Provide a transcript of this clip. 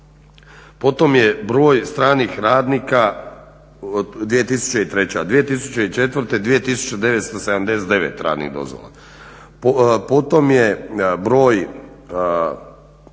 Potom je broj stranih radnika, 2003. 2004. 2979 radnih dozvola. Potom je broj